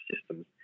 systems